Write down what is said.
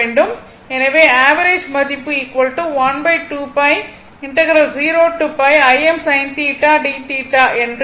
எனவே ஆவரேஜ் மதிப்பு என்று இருக்கும்